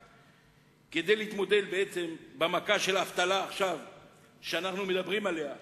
כדי להתמודד עם המכה של האבטלה שאנחנו מדברים עליה עכשיו,